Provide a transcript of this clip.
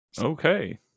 okay